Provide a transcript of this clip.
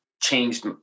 changed